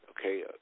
Okay